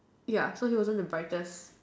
ya so he wasn't the brightest